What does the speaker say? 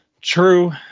true